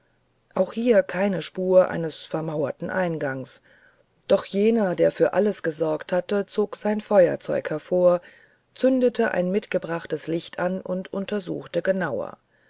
auch hier keine spur eines vermauerten eingangs doch jener der für alles gesorgt hatte zog sein feuerzeug hervor zündete ein mitgebrachtes licht an und untersuchte genauer